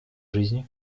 жизни